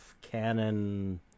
Canon